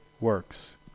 works